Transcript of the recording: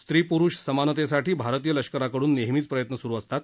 स्त्री प्रुष समानतेसाठी भारतीय लष्कराकडून नेहमीच प्रयत्न सुरू असतात